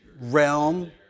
realm